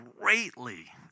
greatly